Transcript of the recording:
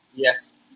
Yes